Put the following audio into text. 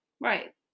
Right